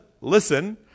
Listen